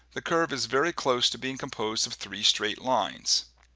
the curve is very close to being composed of three straight lines